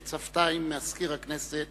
בצוותא עם מזכיר הכנסת